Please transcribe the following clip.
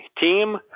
team